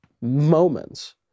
moments